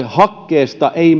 hakkeesta ei